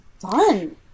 fun